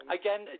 again